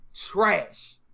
Trash